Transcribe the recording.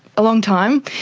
a long time.